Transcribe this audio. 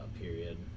period